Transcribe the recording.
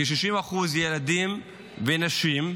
כ-60% ילדים ונשים,